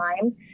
time